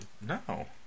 No